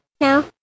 No